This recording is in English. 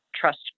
trust